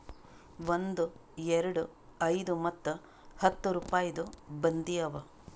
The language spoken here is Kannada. ಒಂದ್, ಎರಡು, ಐಯ್ದ ಮತ್ತ ಹತ್ತ್ ರುಪಾಯಿದು ಬಂದಿ ಅವಾ